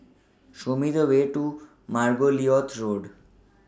Show Me The Way to Margoliouth Road